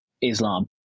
islam